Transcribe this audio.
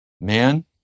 Man